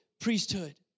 priesthood